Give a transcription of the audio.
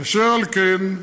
אשר על כן,